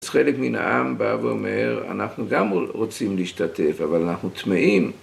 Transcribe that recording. אז חלק מן העם בא ואומר, אנחנו גם רוצים להשתתף, אבל אנחנו טמאים.